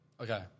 Okay